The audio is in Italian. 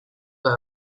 dal